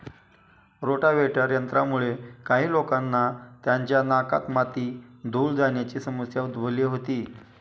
rotavator यंत्रामुळे काही लोकांना त्यांच्या नाकात माती, धूळ जाण्याची समस्या उद्भवली होती